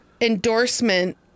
endorsement